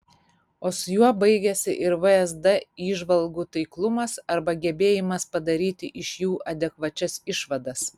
o su juo baigiasi ir vsd įžvalgų taiklumas arba gebėjimas padaryti iš jų adekvačias išvadas